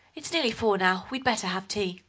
it's nearly four now, we'd better have tea.